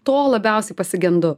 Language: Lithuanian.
to labiausiai pasigendu